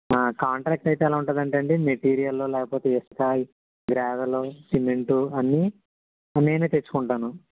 contract అయితే ఎలా ఉంటాదంటే అండి మెటీరియల్లు లేకపోతే ఇసక గ్రావెల్లు సిమెంటు అన్నీ నేనే తెచ్చుకుంటాను